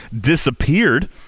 disappeared